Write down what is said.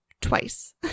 twice